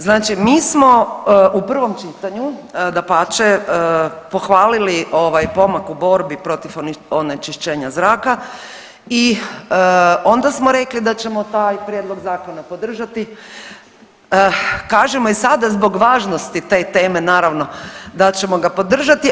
Znači mi smo u prvom čitanju dapače pohvalili pomak u borbi protiv onečišćenja zraka i onda smo rekli da ćemo taj prijedlog zakona podržati, kažemo i sada zbog važnosti te teme naravno da ćemo ga podržati.